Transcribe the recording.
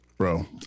Bro